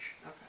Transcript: Okay